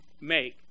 make